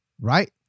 Right